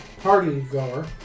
party-goer